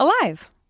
alive